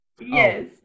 Yes